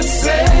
say